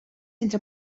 entre